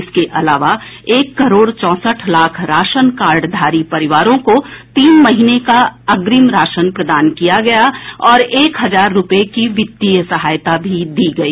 इसके अलावा एक करोड़ चौंसठ लाख राशन कार्ड धारी परिवारों को तीन महीने का अग्निम राशन प्रदान किया गया और एक हजार रुपये की वित्तीय सहायता भी दी गई